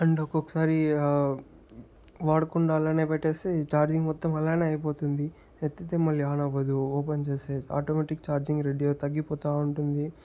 and ఒక్కొక్కసారి వాడకుండ అలానే పెట్టేస్తే ఛార్జింగ్ మొత్తం అలానే అయిపోతుంది ఎత్తితే మళ్ళీ ఆన్ అవ్వదు ఓపెన్ చేస్తే ఆటోమేటిక్ ఛార్జింగ్ రెడ్యూస్ తగ్గిపోతూ ఉంటుంది